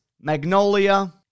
Magnolia